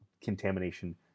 contamination